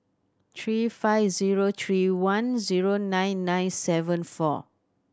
three five zero three one zero nine nine seven four